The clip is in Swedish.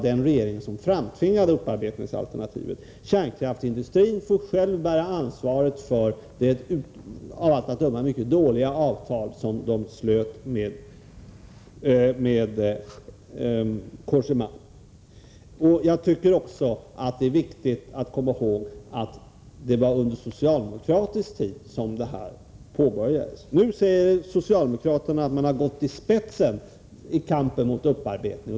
Det är alltså kärnkraftsindustrin själv som bär ansvaret för det av allt att döma mycket dåliga avtal som den slöt med Cogéma. Jag tycker också det är viktigt att komma ihåg att det var under en socialdemokratisk regering som detta påbörjades. Nu säger socialdemokraterna att de gått i spetsen för kampen mot upparbetning.